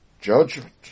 judgment